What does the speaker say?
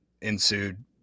ensued